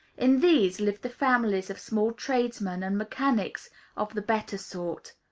in these lived the families of small tradesmen, and mechanics of the better sort.